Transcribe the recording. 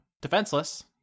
defenseless